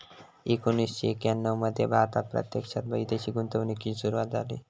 एकोणीसशे एक्याण्णव मध्ये भारतात प्रत्यक्षात विदेशी गुंतवणूकीची सुरूवात झाली